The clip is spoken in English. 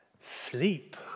sleep